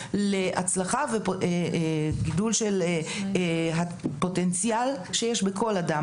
להצלחה וגידול של הפוטנציאל שיש בכל אדם,